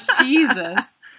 Jesus